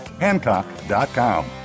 Hancock.com